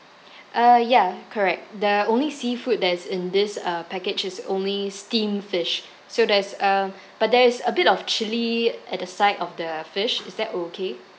uh ya correct the only seafood that is in this uh package is only steamed fish so there's a but there is a bit of chilli at the side of the fish is that okay